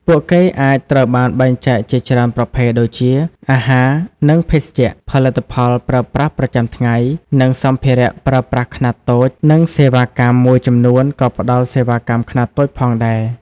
ពួកគេអាចត្រូវបានបែងចែកជាច្រើនប្រភេទដូចជា អាហារ និងភេសជ្ជៈ ផលិតផលប្រើប្រាស់ប្រចាំថ្ងៃ និងសម្ភារៈប្រើប្រាស់ខ្នាតតូច និងសេវាកម្ម មួយចំនួនក៏ផ្តល់សេវាកម្មខ្នាតតូចផងដែរ ។